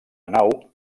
nau